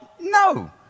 No